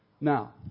Now